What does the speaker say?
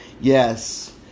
Yes